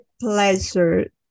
pleasure